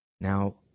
Now